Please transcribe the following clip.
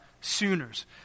Sooners